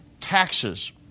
taxes